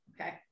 Okay